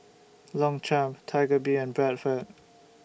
Longchamp Tiger Beer and Bradford